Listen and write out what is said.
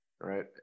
right